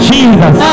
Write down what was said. Jesus